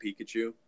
Pikachu